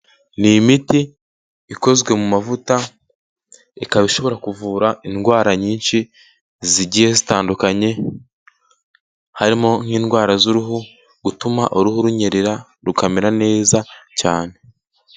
ni imiti ikozwe mu mavuta ikaba ishobora kuvura indwara nyinshi zigiye zitandukanye, harimo n'indwara z'uruhu gutuma uruhu runyerera rukamera neza cyane.